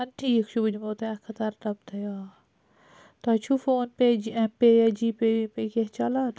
ادٕ ٹھیٖک چھُ بہٕ دِمہو تۄہہِ اکھ ہتھ تہٕ ارنَمتھے آ تۄہہِ چھُو فون پے ایٚم پے یا جی پے وی پے کیٚنٛہہ چَلان